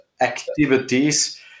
activities